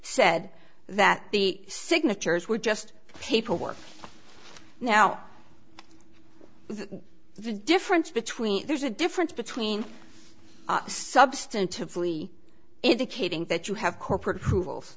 said that the signatures were just paperwork now the difference between there's a difference between substantively indicating that you have corporate rules